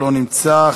לא נמצא,